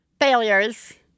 Failures